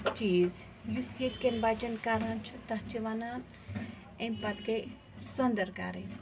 چیٖز یُس ییٚتہِ کٮ۪ن بَچَن کران چھُ تَتھ چھِ وَنان اَمہِ پَتہٕ گٔے سۄنٛدٕر کَرٕنۍ